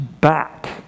back